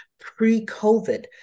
pre-COVID